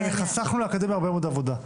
חסכנו לאקדמיה הרבה מאוד עבודה.